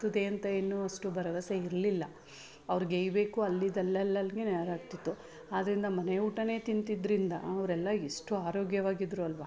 ತದೆ ಅಂತ ಏನೂ ಅಷ್ಟು ಭರವಸೆ ಇರಲಿಲ್ಲ ಅವ್ರು ಗೇಯ್ಬೇಕು ಅಲ್ಲಿದ್ದು ಅಲ್ಲಲ್ಗೇನೆ ಅದಾಗ್ತಿತ್ತು ಆದ್ದರಿಂದ ಮನೆ ಊಟನೇ ತಿಂತಿದ್ದರಿಂದ ಅವರೆಲ್ಲ ಎಷ್ಟು ಆರೋಗ್ಯವಾಗಿದ್ದರು ಅಲ್ವ